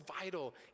vital